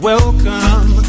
Welcome